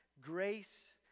Grace